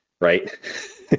Right